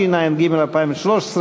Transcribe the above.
התשע"ג 2013,